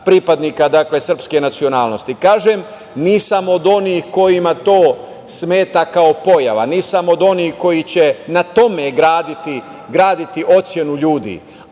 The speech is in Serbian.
pripadnika srpske nacionalnosti. Kažem, nisam od onih kojima to smeta, kao pojava, nisam od onih koji će na tome graditi ocenu ljudi,